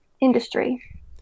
industry